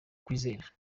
kwizera